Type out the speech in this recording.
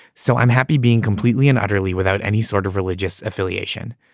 so i'm happy being completely and utterly without any sort of religious affiliation.